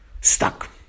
stuck